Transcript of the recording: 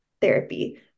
therapy